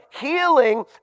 healing